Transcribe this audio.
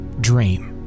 dream